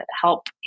help